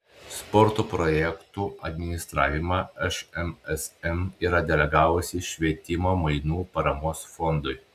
sporto projektų administravimą šmsm yra delegavusi švietimo mainų paramos fondui